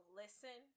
listen